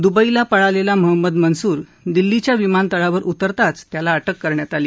दुबईला पळालेला महंमद मनसूर दिल्लीच्या विमानतळावर उतरताच त्याला अटक करण्यात आली